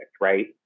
right